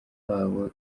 habo